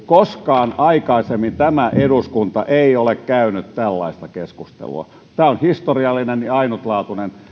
koskaan aikaisemmin tämä eduskunta ei ole käynyt tällaista keskustelua tämä on historiallinen ja ainutlaatuinen